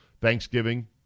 Thanksgiving